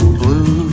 blue